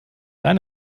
dein